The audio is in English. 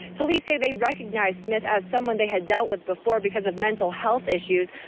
police say they recognize smith as someone they had dealt with before because of mental health issues,